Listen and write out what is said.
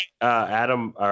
Adam